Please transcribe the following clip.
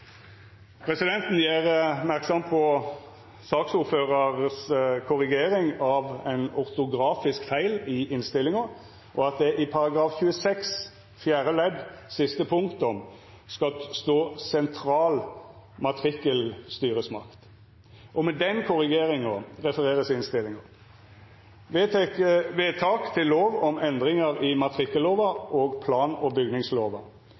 Presidenten gjer merksam på saksordføraren si korrigering av ein ortografisk feil i tilrådinga, og at det i § 26 fjerde ledd siste punktum skal stå «sentral matrikkelstyresmakt». Det vert votert alternativt mellom forslaget frå Høgre og Framstegspartiet og